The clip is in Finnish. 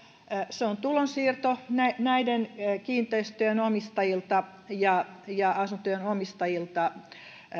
se on tulonsiirto kiinteistöjen omistajilta asuntojen omistajilta ja